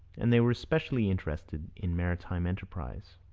and they were specially interested in maritime enterprise.